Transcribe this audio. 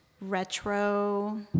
retro